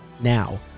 Now